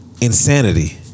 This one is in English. insanity